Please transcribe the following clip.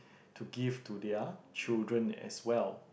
to give to their children as well